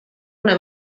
una